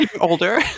older